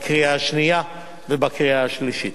בקריאה השנייה ובקריאה השלישית.